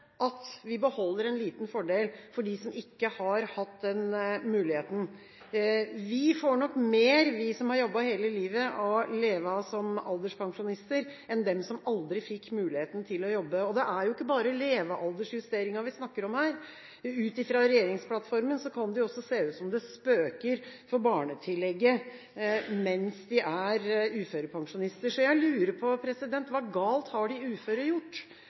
vi beholder en liten fordel for dem som ikke har hatt den muligheten. Vi som har jobbet hele livet, får nok mer å leve av som alderspensjonister enn de som aldri fikk muligheten til å jobbe. Det er jo ikke bare levealdersjusteringa vi snakker om her. Ut ifra regjeringsplattformen kan det også se ut som det spøker for barnetillegget mens de er uførepensjonister. Jeg lurer på: Hva galt har de uføre gjort,